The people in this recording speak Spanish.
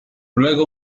luego